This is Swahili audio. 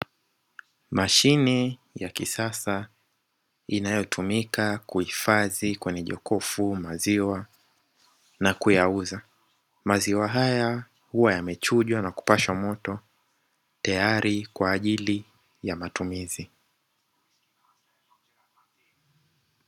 Mashine ya kisasa inayotumika kuhifadhi kwenye jokofu maziwa na kuyauza, maziwa haya huwa yamechujwa na kupashwa moto tayari kwa ajili ya mtumizi.